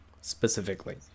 specifically